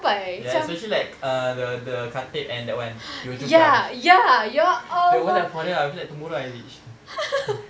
ya especially like uh the the khatib and that one yio chu kang that one like for real I feel like tomorrow then I reach